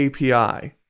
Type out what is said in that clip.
API